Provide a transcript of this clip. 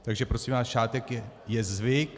Takže prosím vás, šátek je zvyk.